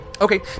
Okay